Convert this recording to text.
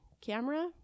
camera